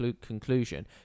conclusion